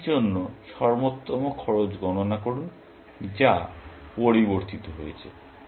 n এর জন্য সর্বোত্তম খরচ গণনা করুন যা পরিবর্তিত হয়েছে